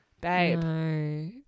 babe